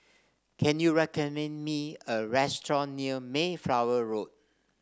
can you recommend me a restaurant near Mayflower Road